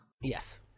Yes